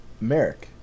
Merrick